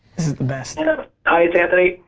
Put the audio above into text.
this is the best. and ah hi, it's anthony.